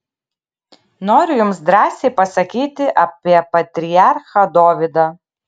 noriu jums drąsiai pasakyti apie patriarchą dovydą